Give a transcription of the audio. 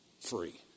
free